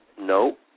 No